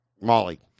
Molly